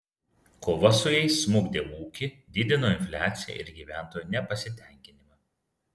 kova su jais smukdė ūkį didino infliaciją ir gyventojų nepasitenkinimą